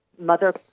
mother